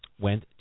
went